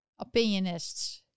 opinionists